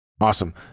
Awesome